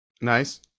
Nice